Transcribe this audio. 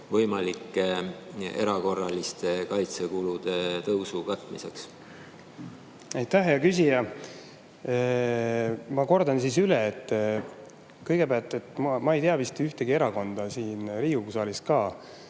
võimalike erakorraliste kaitsekulude tõusu katmiseks? Aitäh, hea küsija! Ma kordan siis üle. Kõigepealt: ma ei tea vist ühtegi erakonda siin Riigikogu saalis, kes